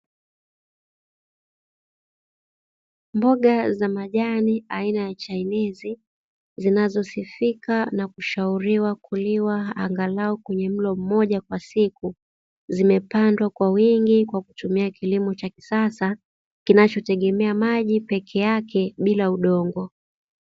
Mboga za majani aina ya chainizi zinazosifika na kushauliwa kuliwa katika mlo moja kwa siku, zimepandwa kwa wingi kwa kutumia kilimo cha kisasa kinachotumia maji peke ake bila udongo.